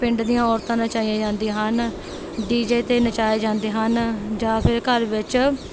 ਪਿੰਡ ਦੀਆਂ ਔਰਤਾਂ ਨਚਾਈਆਂ ਜਾਂਦੀਆਂ ਹਨ ਡੀਜੇ 'ਤੇ ਨਚਾਏ ਜਾਂਦੇ ਹਨ ਜਾਂ ਫਿਰ ਘਰ ਵਿੱਚ